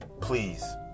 please